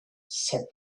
said